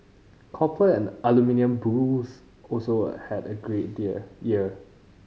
copper and aluminium bulls also had a great dear year